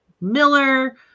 Miller